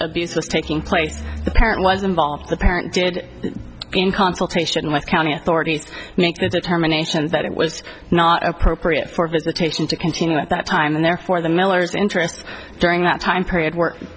abuse was taking place the parent was involved the parent did in consultation with county authorities make the determination that it was not appropriate for visitation to continue at that time and therefore the miller's interests during that time period w